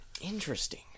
Interesting